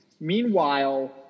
Meanwhile